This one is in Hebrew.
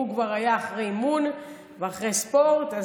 הוא כבר היה אחרי אימון ואחרי ספורט.